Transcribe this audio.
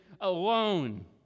alone